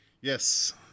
Yes